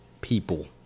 people